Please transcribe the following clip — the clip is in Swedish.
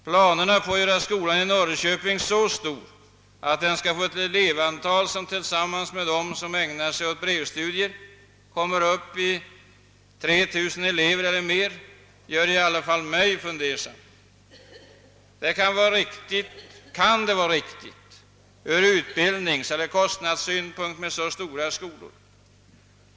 Planerna på att göra skolan i Norrkö ping så stor att den skall få ett elevantal som — tillsammans med dem som ägnar sig åt brevstudier — uppgår till 3000 eller mera, gör i varje fall mig fundersam. Kan det vara riktigt ur utbildningseller kostnadssynpunkt med så stora skolor?